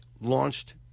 Launched